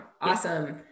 awesome